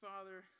Father